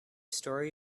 story